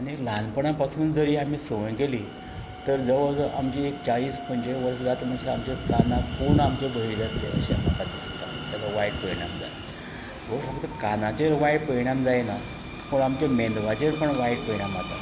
आनी ल्हानपणा पासून जर ही आमी सवंय केली तर जवळ जवळ आमची एक चाळीस पंचेचाळीस वर्सां जाता म्हणसर आमचे कानाक पूर्ण आमचे भेरे जातले अशें म्हाका दिसता ताजो वायट परिणाम जावन हो फक्त कानाचेर वायट परिणाम जायना पूण आमच्या मेंदवाचेर पूण वायट परिणाम जाता